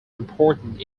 important